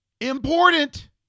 important